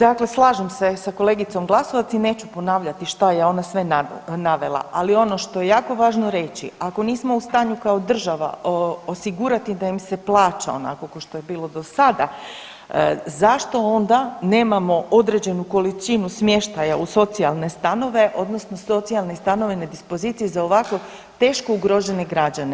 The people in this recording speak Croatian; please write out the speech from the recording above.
Dakle, slažem se sa kolegicom Glasovac i neću ponavljati šta je ona sve navela, ali ono što je jako važno reći ako nismo u stanju kao država osigurati da im se plaća onako košto je bilo do sada zašto onda nemamo određenu količinu smještaja u socijalne stanove odnosno socijalne stanove na dispoziciji za ovako teško ugrožene građane.